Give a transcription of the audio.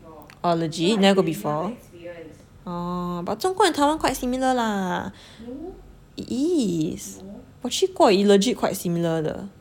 oh legit never go orh but 中国 and Taiwan quite similar lah it is 我去过 legit quite similar 的